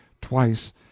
twice